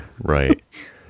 Right